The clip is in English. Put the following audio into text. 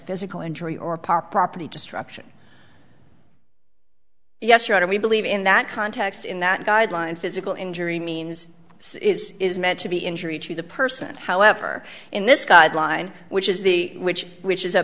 physical injury or power property destruction yes your honor we believe in that context in that guideline physical injury means is meant to be injury to the person however in this guideline which is the which which is a